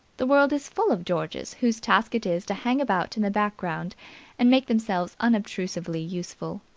the world is full of georges whose task it is to hang about in the background and make themselves unobtrusively useful.